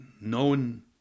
known